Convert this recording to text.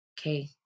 Okay